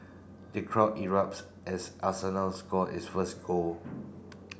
the crowd erupts as Arsenal score its first goal